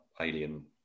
alien